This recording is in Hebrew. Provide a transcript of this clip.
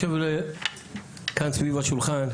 כאן סביב השולחן,